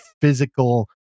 physical